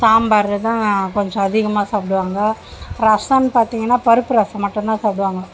சாம்பார் தான் கொஞ்சம் அதிகமாக சாப்பிடுவாங்க ரசம்ன்னு பார்த்திங்கன்னா பருப்பு ரசம் மட்டுந்தான் சாப்பிடுவாங்க